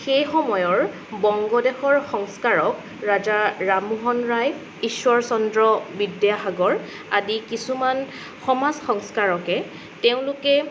সেই সময়ৰ বংগদেশৰ সংস্কাৰক ৰাজা ৰামমোহন ৰায় ঈশ্বৰ চন্দ্ৰ বিদ্যাসাগৰ আদি কিছুমান সমাজ সংস্কাৰকে তেওঁলোকে